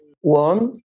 One